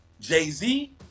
Jay-Z